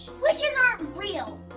witches aren't real